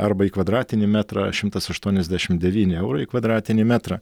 arba į kvadratinį metrą šimtas aštuoniasdešim devyni eurai į kvadratinį metrą